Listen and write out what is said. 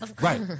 Right